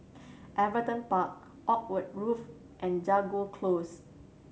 Everton Park Oakwood Grove and Jago Close